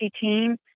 team